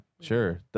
Sure